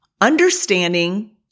understanding